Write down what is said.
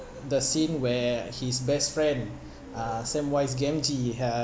the scene where his best friend uh samwise gamgee um